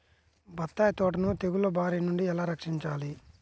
బత్తాయి తోటను తెగులు బారి నుండి ఎలా రక్షించాలి?